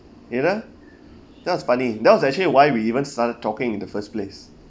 you know that was funny that was actually why we even started talking in the first place